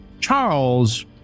Charles